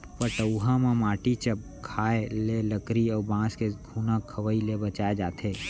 पटउहां म माटी चघाए ले लकरी अउ बांस के घुना खवई ले बचाए जाथे